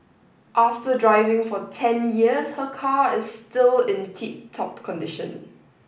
after driving for ten years her car is still in tip top condition